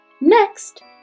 Next